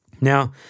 Now